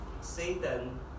Satan